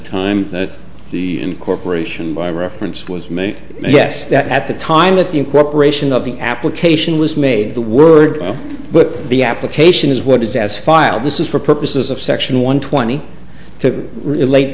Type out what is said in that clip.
time that the incorporation by reference was made yes that at the time that the incorporation of the application was made the word but the application is what is as filed this is for purposes of section one twenty to relate